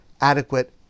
adequate